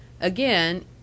Again